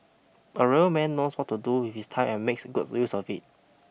a real man knows what to do with his time and makes good use of it